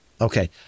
Okay